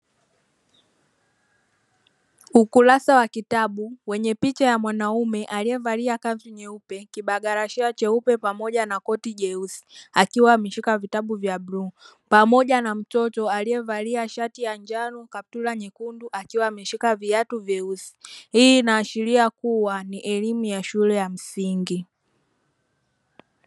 Ukurasa wa kitabu wenye picha ya mwanaume aliyevalua kanzu nyeupe, kibalagashia cheupe pamoja na koti jeusi, akiwa ameshika vitabu vya bluu pamoja na mtoto aliyevaa shati ya njano, kofia nyeupe, akiwa ameshika viatu vyeusi. Hii inaashiria kuwa ni elimu ya shule ya msingi.